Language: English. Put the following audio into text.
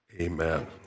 amen